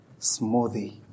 smoothie